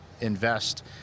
invest